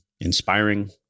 inspiring